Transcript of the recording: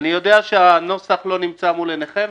אני יודע שהנוסח לא נמצא מול עיניכם,